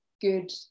good